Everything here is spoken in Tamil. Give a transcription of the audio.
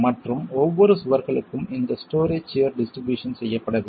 மற்றும் ஒவ்வொரு சுவர்களுக்கும் இந்த ஸ்டோரே சியர் டிஸ்ட்ரிபியூஷன் செய்யப்பட வேண்டும்